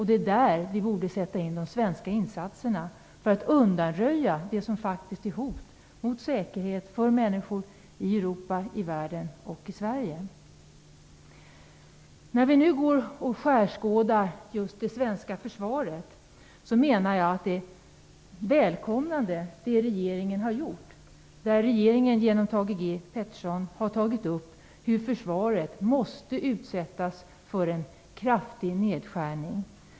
Det är där vi borde sätta in de svenska insatserna för att undanröja det som faktiskt är ett hot mot säkerheten för människor i Europa, i världen och i Sverige. När vi nu skärskådar just det svenska försvaret menar jag att det som regeringen har gjort är välkommet. Regeringen har genom Thage G Peterson tagit upp att försvaret måste utsättas för en kraftig nedskärning.